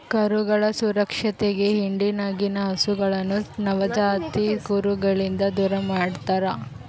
ಕರುಗಳ ಸುರಕ್ಷತೆಗೆ ಹಿಂಡಿನಗಿನ ಹಸುಗಳನ್ನ ನವಜಾತ ಕರುಗಳಿಂದ ದೂರಮಾಡ್ತರಾ